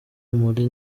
muri